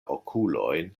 okulojn